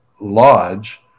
lodge